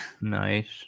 Nice